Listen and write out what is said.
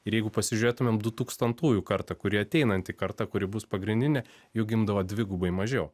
ir jeigu pasižiūrėtumėme du tūkstantųjų kartą kuri ateinanti karta kuri bus pagrindinė jų gimdavo dvigubai mažiau